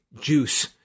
juice